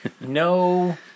No